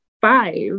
five